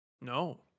no